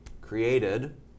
created